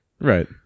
right